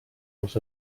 els